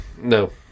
No